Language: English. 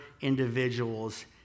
individuals